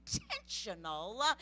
intentional